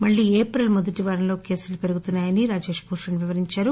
మల్లీ ఏప్రిల్ మొదటివారంలో కేసులు పెరుగుతున్నాయని భూషణ్ వివరించారు